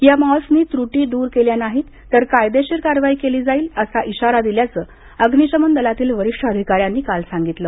या मॉल्सनी त्रूटी दूर केल्या नाहीत तर कायदेशीर कारवाई केली जाईल असा इशारा दिल्याचं अग्निशमन दलातील वरिष्ठ अधिकाऱ्यानं काल सांगितलं